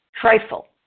trifle